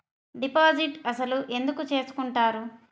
Deposit అసలు ఎందుకు చేసుకుంటారు?